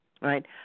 right